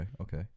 okay